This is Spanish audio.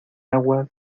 aguas